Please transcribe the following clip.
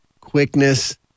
quickness